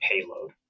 payload